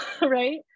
right